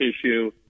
issue